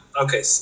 Okay